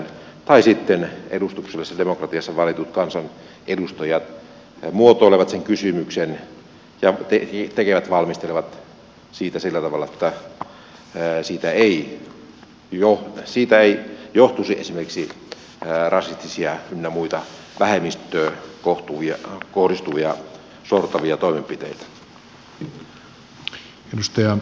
tai sitten edustuksellisessa demokratiassa valitut kansanedustajat muotoilevat sen kysymyksen ja tekevät valmistelevat siitä sillä tavalla että siitä ei johtuisi esimerkiksi rasistisia ynnä muita vähemmistöön kohdistuvia sortavia toimenpiteitä